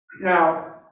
Now